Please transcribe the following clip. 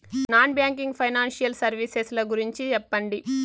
Non banking financial services ల గురించి సెప్పండి?